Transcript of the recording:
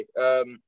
okay